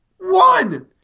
one